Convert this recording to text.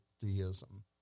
deism